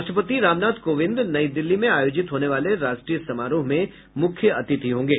राष्ट्रपति रामनाथ कोविंद नई दिल्ली में आयोजित होने वाले राष्ट्रीय समारोह में मुख्य अतिथि होंगे